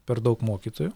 per daug mokytojų